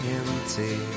empty